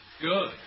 Good